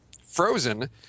Frozen